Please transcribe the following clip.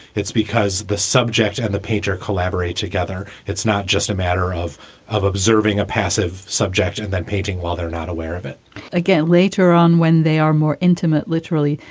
it's because the subject and the painter collaborate together. it's not just a matter of of observing a passive subject and then painting while they're not aware of it again later on when they are more intimate literally,